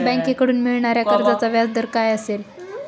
बँकेकडून मिळणाऱ्या कर्जाचा व्याजदर काय असेल?